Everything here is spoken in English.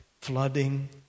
flooding